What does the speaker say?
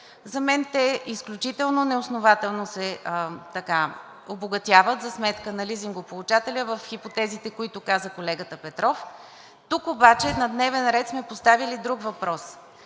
За мен те изключително неоснователно се обогатяват за сметка на лизингополучателя в хипотезите, които каза колегата Петров. Тук обаче на дневен ред сме поставили друг въпрос